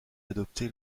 adopté